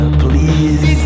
please